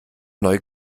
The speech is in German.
neu